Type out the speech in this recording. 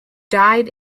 died